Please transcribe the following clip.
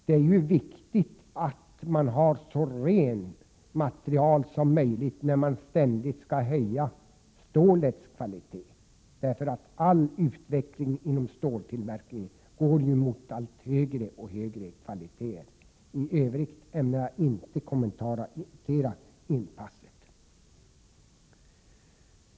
Det är ju viktigt att man har så rent material som möjligt när man ständigt skall höja stålets kvalitet, eftersom all utveckling inom ståltillverkningen går mot allt högre kvaliteter. I övrigt ämnar jag inte kommentera inpasset.